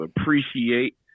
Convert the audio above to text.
appreciate